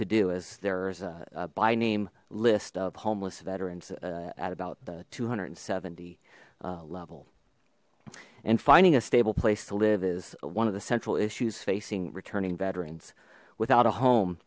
to do as there's a by name list of homeless veterans at about the two hundred and seventy level and finding a stable place to live is one of the central issues facing returning veterans without a home